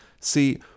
See